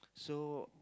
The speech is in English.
so